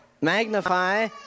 magnify